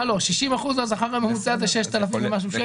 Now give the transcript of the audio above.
הלו, 60% מהשכר הממוצע זה 6,000 ומשהו שקל.